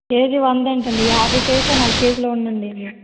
KG వందేంటండి యాభై చేసి నాలుగు కేజీలు ఇవ్వండి